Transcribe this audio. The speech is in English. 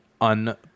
un